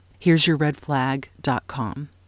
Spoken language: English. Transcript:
heresyourredflag.com